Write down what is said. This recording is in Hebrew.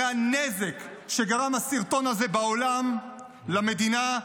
הרי את הנזק שגרם הסרטון הזה בעולם למדינה,